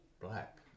black